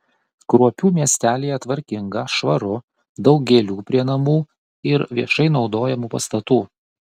kruopių miestelyje tvarkinga švaru daug gėlių prie namų ir viešai naudojamų pastatų